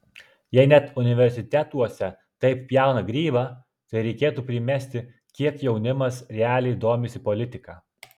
jei net universitetuose taip pjauna grybą tai reikėtų primesti kiek jaunimas realiai domisi politika